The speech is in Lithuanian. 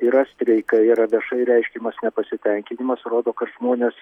yra streikai yra viešai reiškiamas nepasitenkinimas rodo kad žmonės